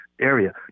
area